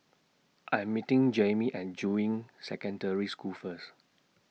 I'm meeting Jaimie At Juying Secondary School First